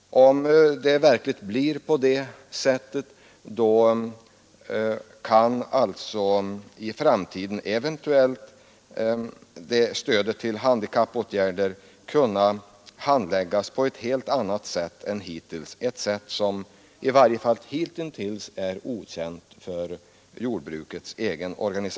B-stödet täcker inte de kategorier som kunnat få näringshjälp. Om det skall undvikas måste stödet till handikappåtgärder i framtiden kunna handläggas på ett helt annat sätt än hittills.